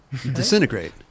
Disintegrate